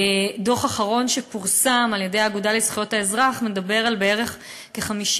הדוח האחרון שפורסם על-ידי האגודה לזכויות האזרח מדבר על כ-56,000